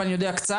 ואני יודע קצת,